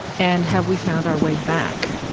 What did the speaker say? and have we found our way back?